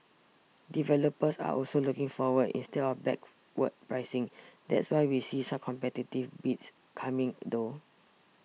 developers are also looking forward instead of backward pricing that's why we see such competitive bids coming though